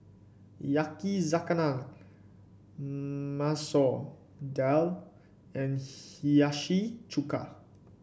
Yakizakana Masoor Dal and Hiyashi Chuka